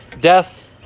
death